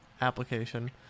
application